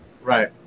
Right